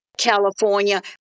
California